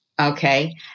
Okay